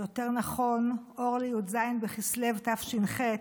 יותר נכון אור לי"ז בכסלו תש"ח,